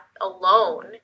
alone